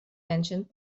ancient